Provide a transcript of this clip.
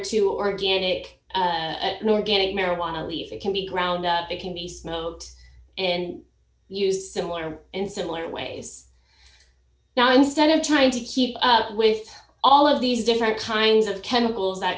to organic an organic marijuana leaf it can be ground it can be smelt and used similar in similar ways now instead of trying to keep up with all of these different kinds of chemicals that